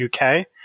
UK